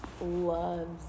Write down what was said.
loves